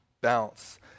bounce